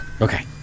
Okay